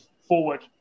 forward